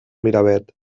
miravet